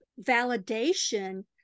validation